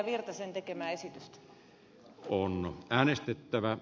virtasen tekemää esitystä